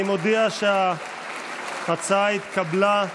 אני מודיע שההצעה התקבלה.